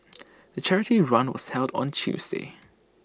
the charity run was held on Tuesday